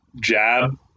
jab